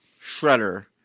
shredder